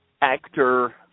actor